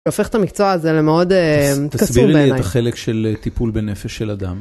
הופך את המקצוע הזה למאוד קסום בעיניי. תסבירי לי את החלק של טיפול בנפש של אדם.